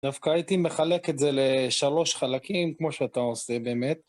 דווקא הייתי מחלק את זה לשלוש חלקים, כמו שאתה עושה באמת.